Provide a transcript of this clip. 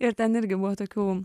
ir ten irgi buvo tokių